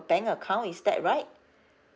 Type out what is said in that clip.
bank account is that right